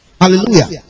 Hallelujah